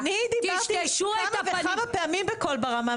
פנינה אני דיברתי כמה וכמה פעמים בקול ברמה,